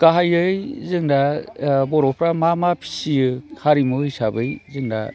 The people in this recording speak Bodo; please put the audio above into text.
गाहायै जोंना बर'फ्रा मा मा फियो हारिमु हिसाबै जोंना